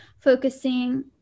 focusing